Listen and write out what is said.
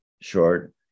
short